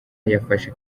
yafashe